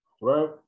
right